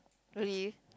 really